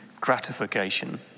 gratification